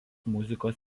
muzikos